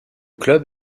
club